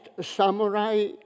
samurai